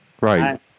Right